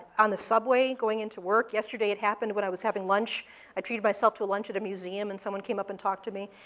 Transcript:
on the subway going into work. yesterday, it happened while but i was having lunch i treated myself to a lunch at a museum, and someone came up and talked to me.